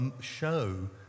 show